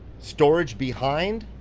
storage behind.